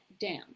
down